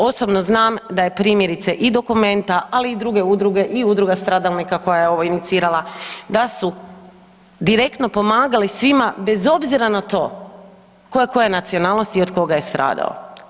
Osobno znam da je primjerice i dokumenta, ali i druge udruge, ali i Udruga stradalnika koja je ovo inicirala da su direktno pomagali svima bez obzira na to ko je koje nacionalnosti i od koga je stradao.